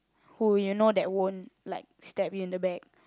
who you know that you know won't like stab you in the back